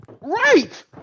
Right